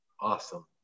Awesome